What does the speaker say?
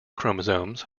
chromosomes